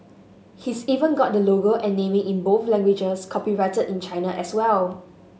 he's even got the logo and naming in both languages copyrighted in China as well